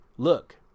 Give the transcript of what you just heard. Look